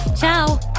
Ciao